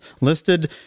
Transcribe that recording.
Listed